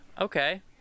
Okay